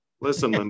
listen